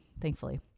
thankfully